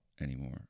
anymore